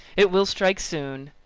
it will strike soon.